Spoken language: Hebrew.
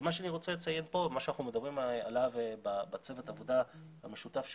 מה שאנחנו מדברים עליו בצוות העבודה המשותף שלנו,